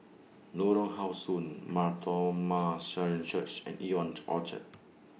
Lorong How Sun Mar Thoma Syrian Church and Ion Orchard